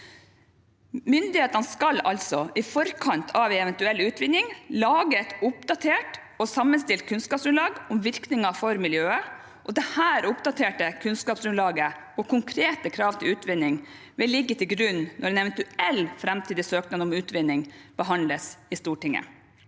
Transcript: Myndighetene skal altså i forkant av en eventuell utvinning lage et oppdatert og sammenstilt kunnskapsgrunnlag om virkningen for miljøet, og dette oppdaterte kunnskapsgrunnlaget og konkrete krav til utvinning vil ligge til grunn når en eventuell framtidig søknad om utvinning behandles i Stortinget.